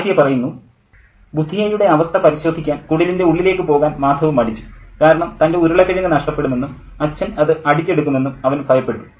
ആര്യ ബുധിയയുടെ അവസ്ഥ പരിശോധിക്കാൻ കുടിലിൻ്റെ ഉള്ളിലേക്ക് പോകാൻ മാധവ് മടിച്ചു കാരണം തൻ്റെ ഉരുളക്കിഴങ്ങ് നഷ്ടപ്പെടുമെന്നും അച്ഛൻ അത് അടിച്ചെടുക്കുമെന്നും അവൻ ഭയപ്പെട്ടു